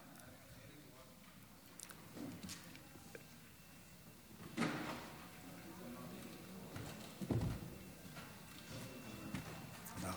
תודה